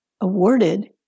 awarded